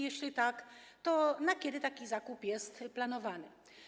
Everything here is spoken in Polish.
Jeśli tak, to na kiedy taki zakup jest planowany?